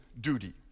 duty